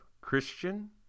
Christian